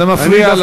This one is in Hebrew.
זה מפריע.